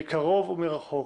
מקרוב ומרחוק,